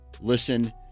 listen